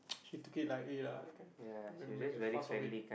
she took it lightly lah you can make make a fuss out of it